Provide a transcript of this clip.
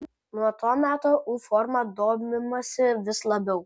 nuo to meto u forma domimasi vis labiau